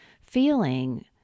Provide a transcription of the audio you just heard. Feeling